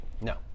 No